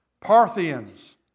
Parthians